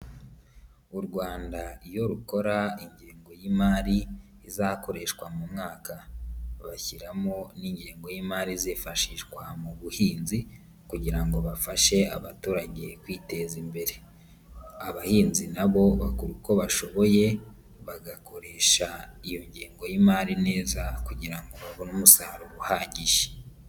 U Rwanda iyo rukora ingengo y'imari izakoreshwa mu mwaka bashyiramo n'ingengo y'imari izifashishwa mu buhinzi kugira ngo bafashe abaturage kwiteza imbere, abahinzi nabo uko bashoboye bagakoresha iyo ngengo y'imari neza kugira ngo babone umusaruro uhagije.